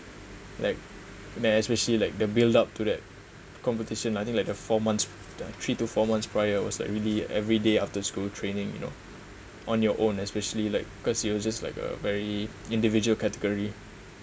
like then especially like the build up to that competition like I think like the four months three to four months prior was like really everyday after school training you know on your own especially like cause it was just like a very individual category